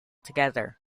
together